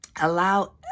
Allow